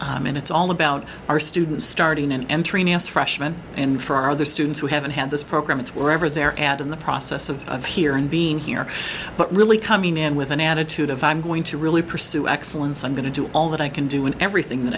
about and it's all about our students starting an entry near us freshman and for our other students who haven't had this program it's wherever they're at in the process of of here and being here but really coming in with an attitude of i'm going to really pursue excellence i'm going to do all that i can do and everything that